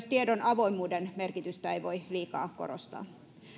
tiedon avoimuuden merkitystä ei voi liikaa korostaa